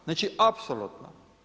Znači apsolutno.